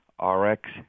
RX